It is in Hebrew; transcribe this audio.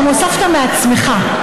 גם הוספת מעצמך,